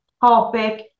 topic